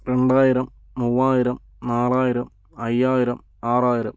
രണ്ടായിരം മൂവായിരം നാലായിരം അയ്യായിരം ആറായിരം